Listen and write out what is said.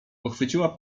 pochwyciła